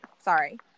sorry